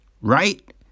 right